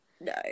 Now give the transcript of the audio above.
no